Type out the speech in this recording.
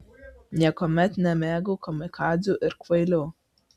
niekuomet nemėgau kamikadzių ir kvailių